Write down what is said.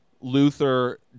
Luther